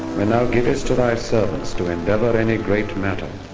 and thou giveth to thy servants to endeavor any great matter,